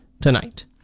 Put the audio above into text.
tonight